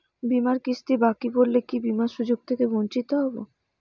বিমার কিস্তি বাকি পড়লে কি বিমার সুযোগ থেকে বঞ্চিত হবো?